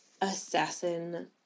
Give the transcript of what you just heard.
assassin